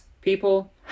people